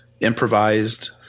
improvised